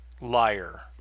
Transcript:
liar